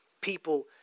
people